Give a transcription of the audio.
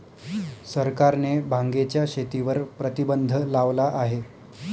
सरकारने भांगेच्या शेतीवर प्रतिबंध लावला आहे